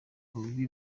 ububi